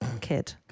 Kid